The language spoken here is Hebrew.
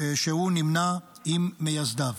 שהוא נמנה עם מייסדיו.